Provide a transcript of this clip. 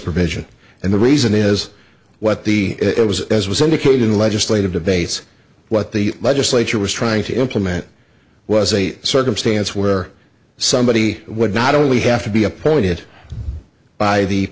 provision and the reason is what the it was as was indicated in legislative debates what the legislature was trying to implement was a circumstance where somebody would not only have to be appointed by the